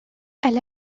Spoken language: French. elle